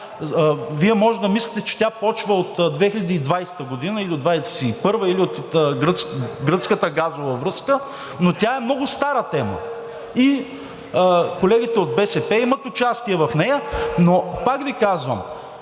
Вие можете да мислите, че тя започва от 2020 г. или от 2021 г., или от гръцката газова връзка, но тя е много стара тема и колегите от БСП имат участие в нея. Но пак Ви казвам: